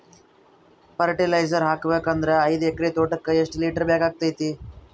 Fertiliser ಹಾಕಬೇಕು ಅಂದ್ರ ಐದು ಎಕರೆ ತೋಟಕ ಎಷ್ಟ ಲೀಟರ್ ಬೇಕಾಗತೈತಿ?